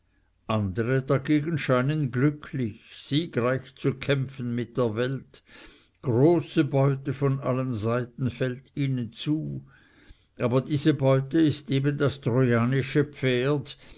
andere dagegen scheinen glücklich siegreich zu kämpfen mit der welt große beute von allen seiten fällt ihnen zu aber diese beute ist eben das trojanische pferd